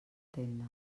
tenda